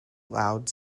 loud